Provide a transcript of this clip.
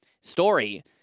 story